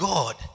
God